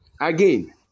Again